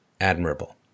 admirable